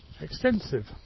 extensive